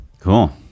cool